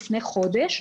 לפני חודש,